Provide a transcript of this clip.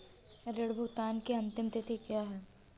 ऋण भुगतान की अंतिम तिथि क्या है?